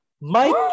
Mike